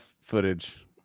footage